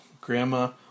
Grandma